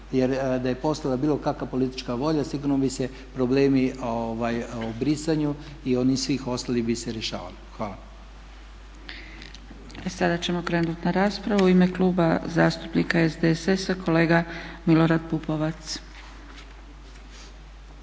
jer da je postojala bilo kakva politička volja sigurno bi se problemi o brisanju i oni svi ostali bi se rješavali. Hvala. **Zgrebec, Dragica (SDP)** Sada ćemo krenut na raspravu. U ime Kluba zastupnika SDSS-a kolega Milorad Pupovac.